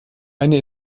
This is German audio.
eine